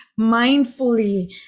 mindfully